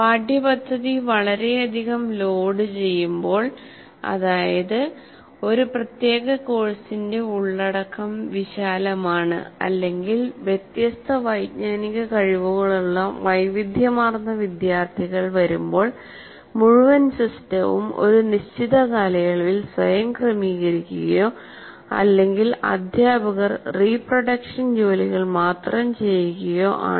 പാഠ്യപദ്ധതി വളരെയധികം ലോഡുചെയ്യുമ്പോൾ അതായത് ഒരു പ്രത്യേക കോഴ്സിന്റെ ഉള്ളടക്കം വിശാലമാണ് അല്ലെങ്കിൽ വ്യത്യസ്ത വൈജ്ഞാനിക കഴിവുകളുള്ള വൈവിധ്യമാർന്ന വിദ്യാർത്ഥികൾ വരുമ്പോൾ മുഴുവൻ സിസ്റ്റവും ഒരു നിശ്ചിത കാലയളവിൽ സ്വയം ക്രമീകരിക്കുകയോ അല്ലെങ്കിൽ അധ്യാപകർ റീപ്രൊഡക്ഷൻ ജോലികൾ മാത്രം ചെയ്യുകയോ ആണ്